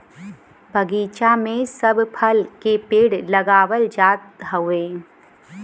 बगीचा में सब फल के पेड़ लगावल जात हउवे